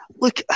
Look